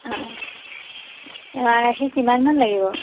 এঁয়া গাখীৰ কিমান মান লাগিব